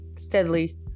steadily